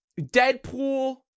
Deadpool